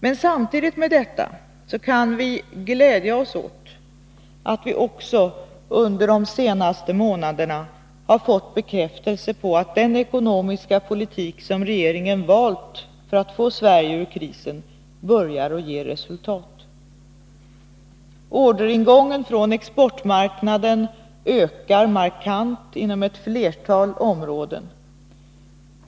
Men samtidigt med detta kan vi glädja oss åt att vi också under de senaste månaderna har fått en bekräftelse på att den ekonomiska politik som regeringen valt för att få Sverige ur krisen börjar ge resultat. Orderingången från exportmarknaden ökar markant inom ett flertal områden.